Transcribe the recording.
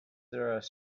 there